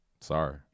sorry